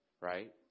right